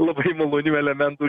labai malonių elementų